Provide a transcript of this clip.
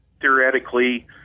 theoretically